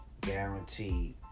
Guaranteed